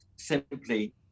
simply